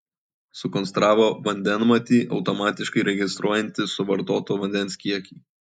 sukonstravo vandenmatį automatiškai registruojantį suvartoto vandens kiekį